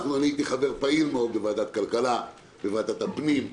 הייתי חבר פעיל מאוד בוועדת הכלכלה ובוועדת הפנים,